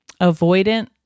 avoidant